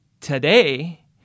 Today